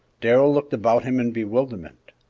darrell looked about him in bewilderment.